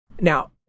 Now